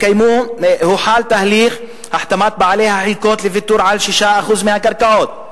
הוחל תהליך החתמת בעלי החלקות לוויתור על 6% מהקרקעות,